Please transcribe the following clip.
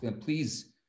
please